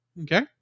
okay